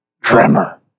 Tremor